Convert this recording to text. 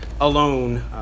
alone